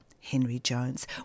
Henry-Jones